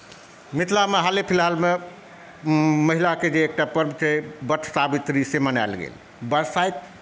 मिथिलामे हाले फिलहालमे महिलाके जे एकटा पर्व छैक वटसावित्री से मनाएल गेल वरसाइत